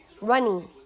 running